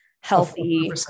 healthy